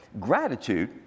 gratitude